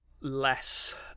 less